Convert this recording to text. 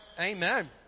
Amen